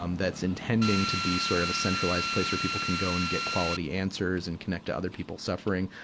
um that's intending to be sort of a centralized place where people can go and get quality answers and connect to other people suffering.